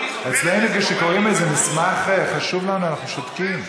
אצלנו, כשקוראים מסמך חשוב לנו, אנחנו שותקים.